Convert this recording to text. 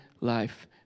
life